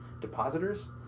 depositors